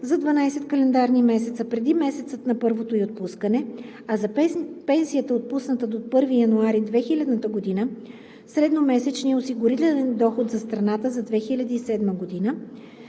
за 12 календарни месеца преди месеца на първото ѝ отпускане, а за пенсия, отпусната до 1 януари 2000 г. – средномесечният осигурителен доход за страната за 2007 г.,